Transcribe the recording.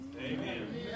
Amen